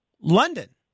London